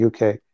UK